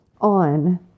on